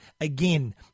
Again